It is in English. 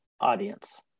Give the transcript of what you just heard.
audience